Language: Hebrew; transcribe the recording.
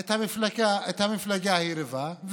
את המפלגה היריבה,